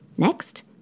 Next